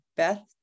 Beth